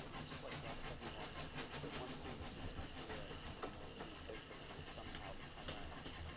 i just like to ask everyone that the the one theme that seemed to appear in all three papers was somehow the panoramic,